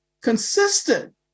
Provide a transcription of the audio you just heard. consistent